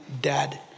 dead